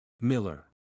Miller